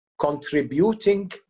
contributing